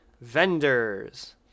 Vendors